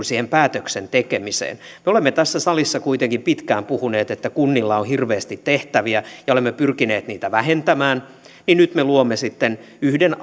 siihen päätöksen tekemiseen me olemme tässä salissa kuitenkin pitkään puhuneet että kunnilla on hirveästi tehtäviä ja olemme pyrkineet niitä vähentämään ja nyt me luomme sitten yhden